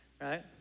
Right